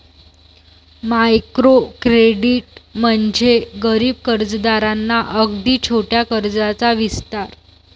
micro credit म्हणजे गरीब कर्जदारांना अगदी छोट्या कर्जाचा विस्तार